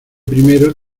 primero